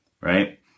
right